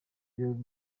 ibirori